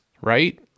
right